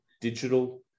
Digital